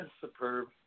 Superb